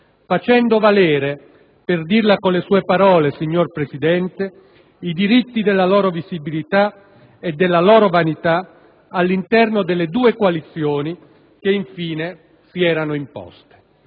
facendo valere - per dirla con le sue parole, signor Presidente - i diritti della loro visibilità e della loro vanità all'interno delle due coalizioni che, infine, si erano imposte.